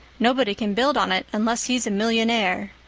nobody can build on it unless he's a millionaire.